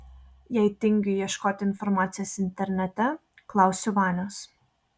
jei tingiu ieškoti informacijos internete klausiu vanios